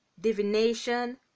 divination